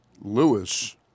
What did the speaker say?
Lewis